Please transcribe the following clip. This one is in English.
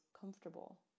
comfortable